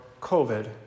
COVID